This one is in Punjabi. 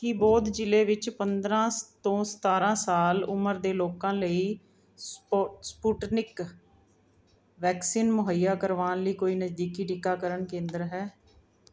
ਕੀ ਬੌਧ ਜ਼ਿਲ੍ਹੇ ਵਿੱਚ ਪੰਦਰਾਂ ਸ ਤੋਂ ਸਤਾਰ੍ਹਾਂ ਸਾਲ ਉਮਰ ਦੇ ਲੋਕਾਂ ਲਈ ਸਪੋ ਸਪੁਟਨਿਕ ਵੈਕਸੀਨ ਮੁਹੱਈਆ ਕਰਵਾਉਣ ਲਈ ਕੋਈ ਨਜ਼ਦੀਕੀ ਟੀਕਾਕਰਨ ਕੇਂਦਰ ਹੈ